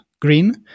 green